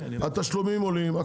התשלומים עולים.